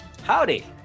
howdy